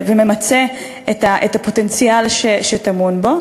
וממצה את הפוטנציאל שטמון בו.